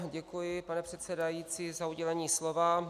Děkuji, pane předsedající, za udělení slova.